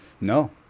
No